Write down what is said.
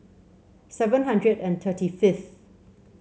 seven hundred and thirty fifth